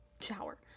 shower